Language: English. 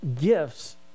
gifts